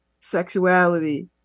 sexuality